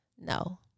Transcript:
No